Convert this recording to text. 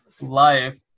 Life